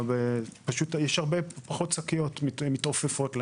יש הרבה פחות שקיות מתעופפות להן.